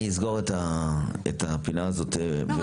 אני אסגור את הפינה הזאת.